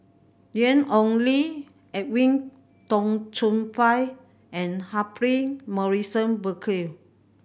Ian Ong Li Edwin Tong Chun Fai and Humphrey Morrison Burkill